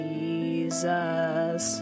Jesus